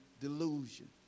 delusion